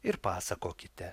ir pasakokite